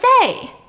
say